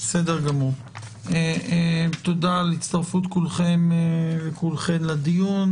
תודה להצטרפות כולכם וכולכן לדיון,